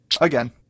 Again